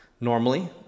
normally